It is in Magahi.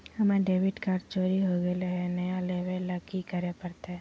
हमर डेबिट कार्ड चोरी हो गेले हई, नया लेवे ल की करे पड़तई?